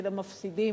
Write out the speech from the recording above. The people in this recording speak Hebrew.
של המפסידים.